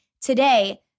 today